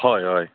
हय हय